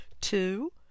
Two